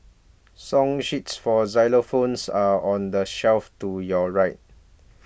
song sheets for xylophones are on the shelf to your right